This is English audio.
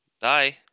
Bye